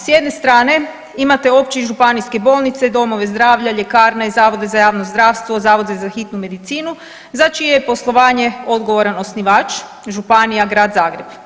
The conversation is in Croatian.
S jedne strane, imate opće i županijske bolnice, domove zdravlja, ljekarne, zavode za javno zdravstvo, zavode za hitnu medicinu za čije je poslovanje odgovaran osnivač, županija, Grad Zagreb.